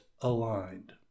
aligned